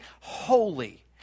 holy